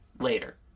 later